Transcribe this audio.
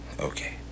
okay